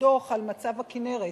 דוח על מצב הכינרת,